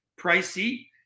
pricey